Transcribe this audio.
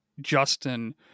Justin